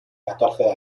catorce